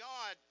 God